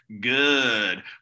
good